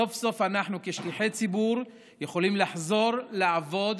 סוף-סוף אנחנו, כשליחי ציבור, יכולים לחזור לעבוד